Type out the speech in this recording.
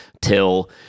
till